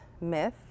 myth